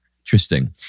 Interesting